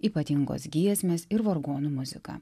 ypatingos giesmės ir vargonų muzika